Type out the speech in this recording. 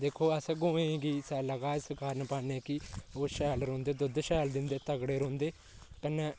दिक्खो अस गौवें गी सै'ल्ला घाऽ इस कारण पाने कि ओह् शैल रौहंदे ते दोद्ध शैल दिंदे तगड़े रौहंदे कन्नै